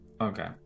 Okay